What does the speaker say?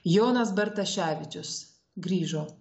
jonas bartaševičius grįžo